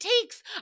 takes